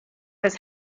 his